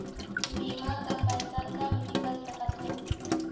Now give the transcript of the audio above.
बीमा का पैसा कब निकाल सकत हो?